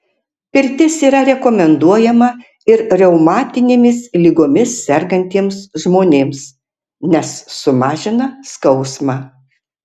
pirtis yra rekomenduojama ir reumatinėmis ligomis sergantiems žmonėms nes sumažina skausmą